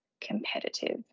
competitive